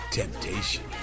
temptation